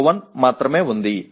PSO1 మాత్రమే ఉంది